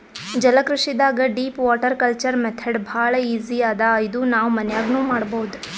ಜಲಕೃಷಿದಾಗ್ deep water culture method ಭಾಳ್ easy ಅದಾ ಇದು ನಾವ್ ಮನ್ಯಾಗ್ನೂ ಮಾಡಬಹುದ್